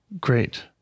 Great